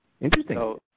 Interesting